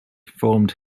formed